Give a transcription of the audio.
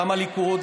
גם הליכוד,